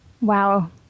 Wow